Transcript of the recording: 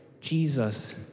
Jesus